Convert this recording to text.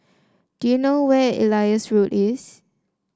do you know where Elias Road is